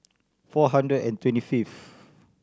four hundred and twenty fifth